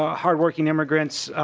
ah hard-working immigrants